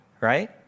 right